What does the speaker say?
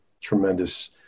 Tremendous